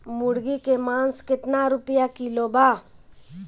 मुर्गी के मांस केतना रुपया किलो बा?